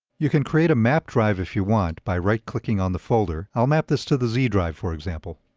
you can create a mapped drive if you want, by right-clicking on the folder i'll map this to the z drive, for example.